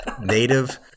native